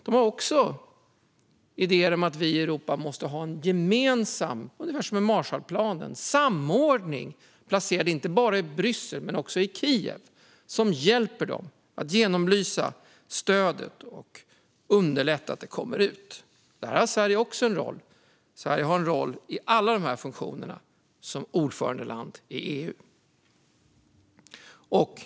De har också idéer om att vi i Europa måste ha en gemensam plan, ungefär som en Marshallplan, en samordning placerad inte bara i Bryssel utan också i Kiev, som hjälper dem att genomlysa stödet och underlätta att det kommer ut. Som ordförandeland i EU har Sverige har en roll i alla de här funktionerna.